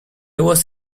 was